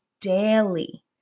daily